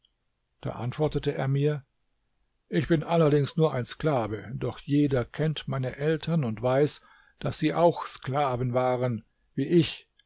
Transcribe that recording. da antwortete er mir ich bin allerdings nur ein sklave doch jeder kennt meine eltern und weiß daß sie auch sklaven waren wie ich